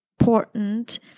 important